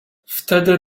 wtedy